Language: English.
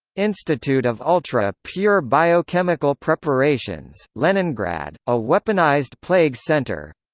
institute of ultra pure biochemical preparations, leningrad, a weaponized plague center